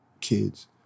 kids